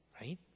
Right